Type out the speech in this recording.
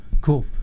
Cool